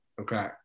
Okay